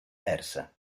persa